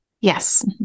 Yes